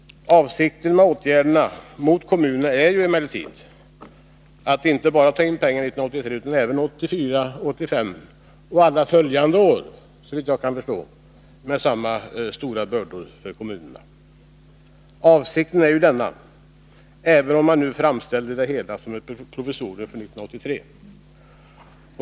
Avsikten med åtgärderna mot kommunerna är emellertid att ta in pengar inte bara 1983, utan även 1984, 1985 och alla följande år, såvitt jag kan förstå, med lika tunga bördor för kommunerna. Avsikten är ju denna, även om det hela nu framställs som ett provisorium för 1983.